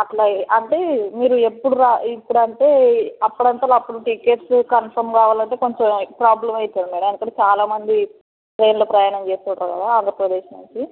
అట్లాగే అంటే మీరు ఎప్పుడు రా ఎప్పుడు అంటే అప్పుడంతలో అప్పుడు టికెట్స్ కన్ఫామ్ కావాలంటే కొంచెం ప్రోబ్లం అవుతుంది మేడం ఎందుకంటే చాలా మంది ట్రైన్లో ప్రయాణం చూస్తుంటారు కదా ఆంధ్రప్రదేశ్ నుంచి